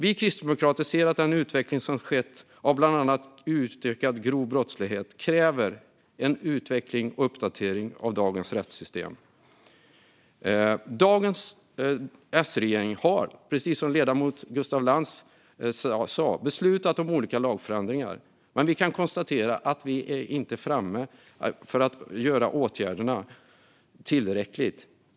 Vi kristdemokrater ser att den utveckling som skett när det gäller bland annat ökad grov brottslighet kräver en utveckling och en uppdatering av dagens rättssystem. Dagens S-regering har, precis som ledamoten Gustaf Lantz sa, beslutat om olika lagförändringar. Men vi kan konstatera att vi inte är framme; åtgärderna är inte tillräckliga.